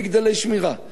ועם אוכל ושתייה,